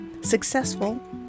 successful